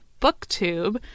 booktube